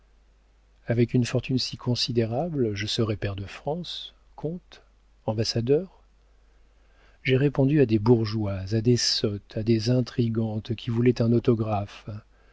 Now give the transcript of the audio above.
avec une fortune si considérable je serais pair de france comte ambassadeur j'ai répondu à des bourgeoises à des sottes à des intrigantes qui voulaient un autographe